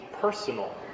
personal